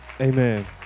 Amen